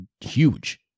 Huge